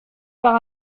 par